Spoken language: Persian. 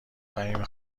فهیمه